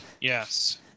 Yes